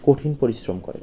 কঠিন পরিশ্রম করে